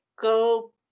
go